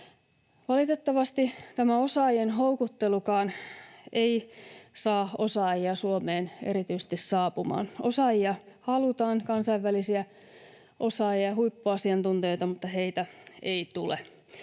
Valitettavasti tämä osaajien houkuttelukaan ei saa osaajia Suomeen erityisesti saapumaan. Osaajia halutaan, kansainvälisiä osaajia, huippuasiantuntijoita, mutta heitä ei tule.